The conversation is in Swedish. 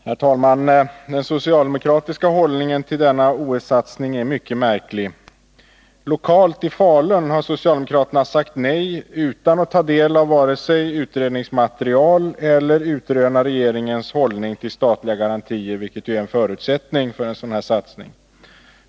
Herr talman! Den socialdemokratiska hållningen till denna OS-satsning är mycket märklig. Lokalt i Falun har socialdemokraterna sagt nej, utan att vare sig ta del av utredningsmaterialet eller utröna regeringens hållning till statliga garantier, vilket ju är en förutsättning för en sådan här satsning.